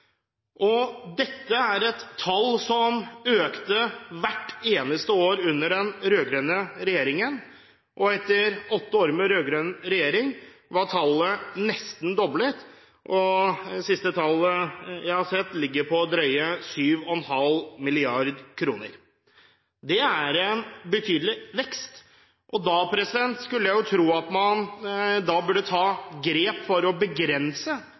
Dette er et tall som økte hvert eneste år under den rød-grønne regjeringen, og etter åtte år med rød-grønn regjering var tallet nesten doblet. Det siste tallet jeg har sett, ligger på drøye 7,5 mrd. kr. Det er en betydelig vekst. Da skulle jeg tro at man ville ta grep for å begrense